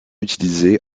utilisé